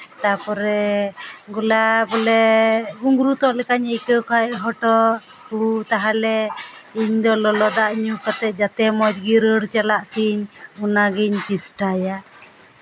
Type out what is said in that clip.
ᱛᱟᱨᱯᱚᱨᱮ ᱜᱚᱞᱟ ᱵᱚᱞᱮ ᱜᱩᱸᱜᱽᱨᱩᱫᱚᱜ ᱞᱮᱠᱟᱧ ᱟᱹᱭᱠᱟᱹᱣ ᱠᱷᱟᱱ ᱦᱚᱴᱚᱜ ᱠᱚ ᱛᱟᱦᱞᱮ ᱤᱧ ᱫᱚ ᱞᱚᱞᱚ ᱫᱟᱜ ᱧᱩ ᱠᱟᱛᱮᱫ ᱡᱟᱛᱮ ᱢᱚᱡᱽ ᱜᱮ ᱨᱟᱹᱲ ᱪᱟᱞᱟᱜ ᱛᱤᱧ ᱚᱱᱟ ᱜᱤᱧ ᱪᱮᱥᱴᱟᱭᱟ